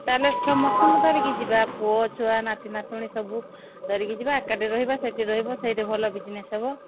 ତା'ହେଲେ ସମସ୍ତଙ୍କୁ ଧରିକି ଯିବା ପୁଅ ଛୁଆ ନାତିନାତୁଣୀ ସବୁ ଧରିକି ଯିବା ଏକାଠି ରହିବା ସେଠି ରହିବା ସେଇଠି ଭଲ ବିଜିନେସ୍ ହେବ